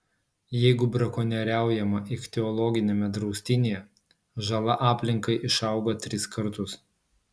jeigu brakonieriaujama ichtiologiniame draustinyje žala aplinkai išauga tris kartus